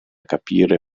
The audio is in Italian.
capire